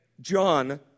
John